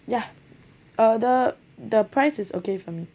ya uh the the price is okay for me